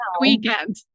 weekend